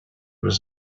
was